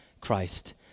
Christ